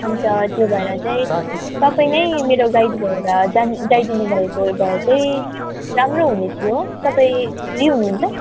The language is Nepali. अन्त त्यही भएर चाहिँ तपाईँ नै मेरो गाइड भएर जान गइदिनु भएको भए चाहिँ राम्रो हुने थियो तपाईँ फ्री हुनु हुन्छ